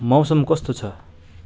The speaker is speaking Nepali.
मौसम कस्तो छ